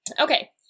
okay